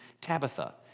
Tabitha